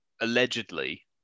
allegedly